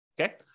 Okay